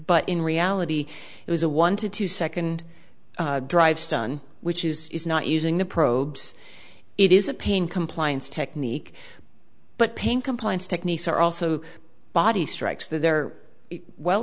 but in reality it was a one to two second drive stun which is not using the probes it is a pain compliance technique but pain compliance techniques are also body strikes that they're well